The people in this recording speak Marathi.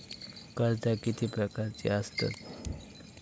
कर्जा किती प्रकारची आसतत